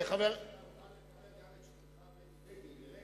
חשבתי שאתה מוכן לקבל גם את שכנך בני בגין,